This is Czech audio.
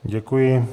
Děkuji.